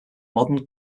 modern